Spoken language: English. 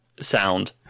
sound